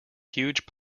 huge